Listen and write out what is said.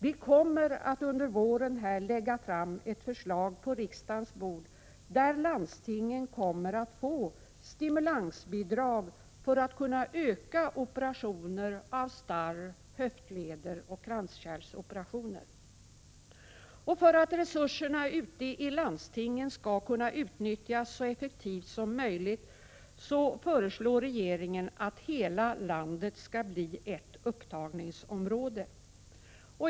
Vi kommer att under våren lägga fram ett förslag på riksdagens bord där landstingen kommer att få stimulansbidrag för att kunna öka antalet operationer av starr, höftleder och kranskärl. För att resurserna ute i landstingen skall kunna utnyttjas så effektivt som möjligt föreslår regeringen att hela landet skall bli ett upptagningsområde.